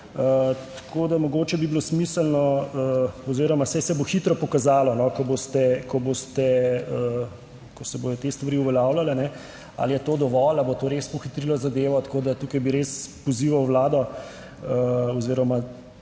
Tako, da mogoče bi bilo smiselno oziroma saj se bo hitro pokazalo, ko se bodo te stvari uveljavljale, ali je to dovolj ali bo to res pohitrilo zadevo. Tako da tukaj bi res pozival vlado oziroma